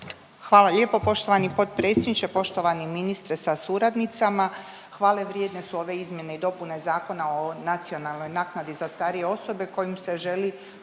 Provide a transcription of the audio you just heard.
Hvala lijepo poštovani potpredsjedniče. Poštovani ministre sa suradnicama, hvale vrijedne su ove izmjene i dopune Zakona o nacionalnoj naknadi za starije osobe kojim se želi